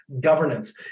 Governance